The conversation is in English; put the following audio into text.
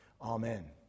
Amen